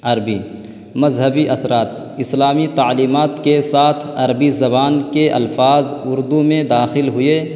عربی مذہبی اثرات اسلامی تعلیمات کے ساتھ عربی زبان کے الفاظ اردو میں داخل ہویے